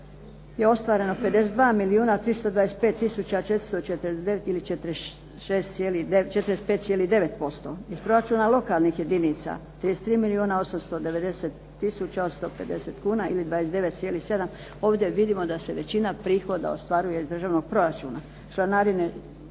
je ostvareno 52 milijuna 325 tisuća 449 ili 45,9%. Iz proračuna lokalnih jedinica 33 milijuna 890 tisuća 150 kuna ili 29,7, ovdje vidimo da se većina prihoda ostvaruje iz državnog proračuna. Članarine